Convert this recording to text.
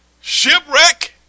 shipwreck